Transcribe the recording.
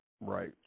Right